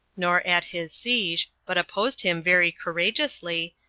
nor at his siege, but opposed him very courageously,